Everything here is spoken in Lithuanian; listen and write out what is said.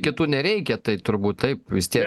kitų nereikia tai turbūt taip vis tiek